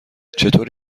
چطور